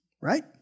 right